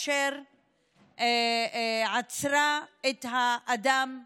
אשר עצרה את האדם הגזען,